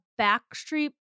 Backstreet